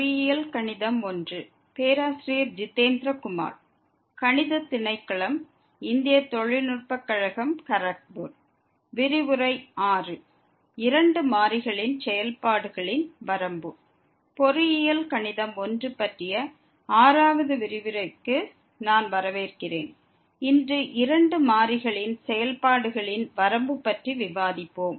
பொறியியல் கணிதம் 1 பற்றிய 6வது விரிவுரைக்கு நான் வரவேற்கிறேன் இன்று இரண்டு மாறிகளின் செயல்பாடுகளின் வரம்பு பற்றி விவாதிப்போம்